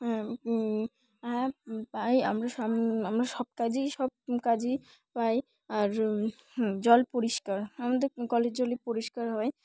হ্যাঁ হ্যাঁ পাই আমরা স আমরা সব কাজই সব কাজই পাই আর জল পরিষ্কার আমাদের কলের জলই পরিষ্কার হয়